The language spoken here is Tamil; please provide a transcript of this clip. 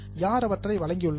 யார் அவற்றை வழங்கியுள்ளனர்